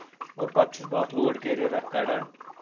اور پَتہٕ چھُس بہٕ اکھ لوڈ کیریر اکھ کَڈان